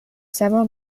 several